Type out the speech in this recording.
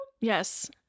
yes